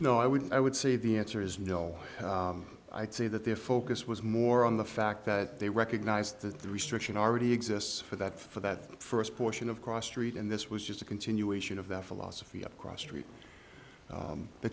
know i would i would say the answer is no i'd say that their focus was more on the fact that they recognized that the restriction already exists for that for that first portion of cross street and this was just a continuation of that philosophy across street